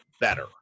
better